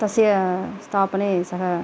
तस्य स्थापने सः